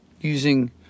using